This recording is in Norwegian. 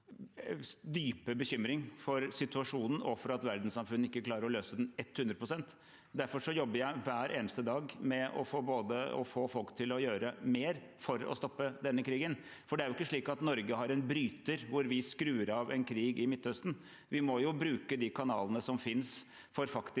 dype bekymring for situasjonen og for at verdenssamfunnet ikke klarer å løse den, 100 pst. Derfor jobber jeg hver eneste dag med å få folk til å gjøre mer for å stoppe denne krigen. Det er jo ikke slik at Norge har en bryter hvor vi skrur av en krig i Midtøsten. Vi må bruke de kanalene som finnes for faktisk å